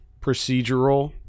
procedural